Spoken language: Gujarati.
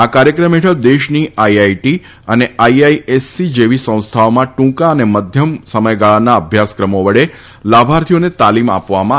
આ કાર્યક્રમ ફેઠળ દેશની આઈઆઈટી અને આઈઆઈએસસી જેવી સંસ્થાઓમાં ટ્રંકા અને મધ્યમ સમયગાળાના અભ્યાસક્રમો વડે લાભાર્થીઓને તાલીમ આપવામાં આવે છે